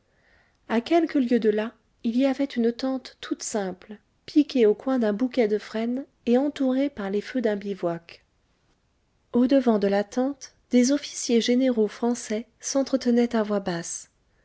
a quelques lieues de là il y avait une tente toute simple piquée au coin d'un bouquet de frênes et entourée par les feux d'un bivouac au-devant de la tente des officiers généraux français s'entretenaient à voix basse